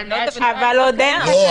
אבל עוד אין תקנות.